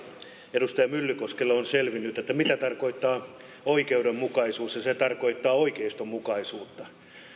edustaja myllykoskelle on selvinnyt mitä tarkoittaa oikeudenmukaisuus ja se tarkoittaa oikeistonmukaisuutta